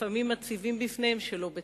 לפעמים מציבים בפניהם שלא בצדק.